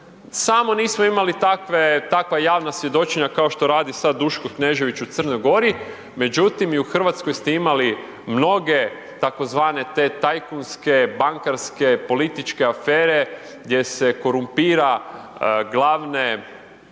Samo nismo imali takva javna svjedočenja kao što radi sad Duško Knežević u Crnoj Gori, međutim i u Hrvatskoj ste imali mnoge tzv. te tajkunske, bankarske, političke afere gdje se korumpira glavne